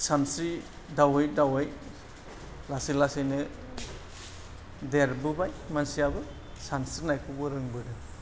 सानस्रि दावै दावै लासै लासैनो देरबोबाय मानसियाबो सानस्रिनायखौबो रोंबोदों